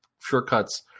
shortcuts